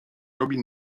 robi